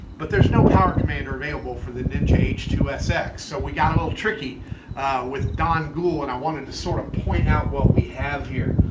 but there is no power commander available for the ninja h two sx, so we got a little tricky with don guhl, and i wanted to sort of point out what we have here.